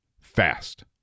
fast